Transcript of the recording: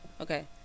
Okay